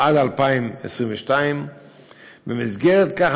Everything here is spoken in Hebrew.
עד 2022. במסגרת כך,